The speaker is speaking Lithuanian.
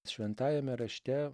šventajame rašte